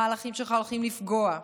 המהלכים שלך הולכים לפגוע,